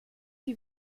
die